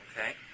Okay